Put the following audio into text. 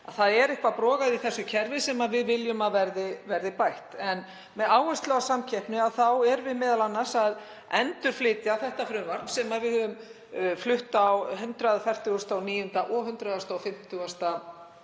Það er eitthvað brogað í þessu kerfi sem við viljum að verði bætt. Með áherslu á samkeppni erum við m.a. að endurflytja þetta frumvarp sem við höfum flutt á 149. og 150.